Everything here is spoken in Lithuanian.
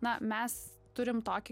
na mes turim tokį